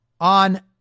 on